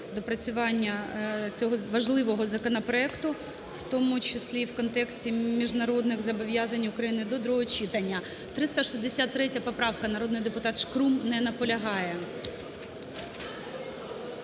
доопрацювання цього важливого законопроекту, в тому числі в контексті міжнародних зобов'язань України до другого читання. 363 поправка, народний депутат Шкрум. Не наполягає.